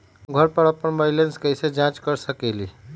हम घर पर अपन बैलेंस कैसे जाँच कर सकेली?